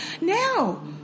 Now